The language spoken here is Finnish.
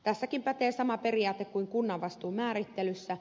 tässäkin pätee sama periaate kuin kunnan vastuun määrittelyssä